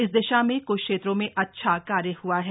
इस दिशा में क्छ क्षेत्रों में अच्छा कार्य हुआ है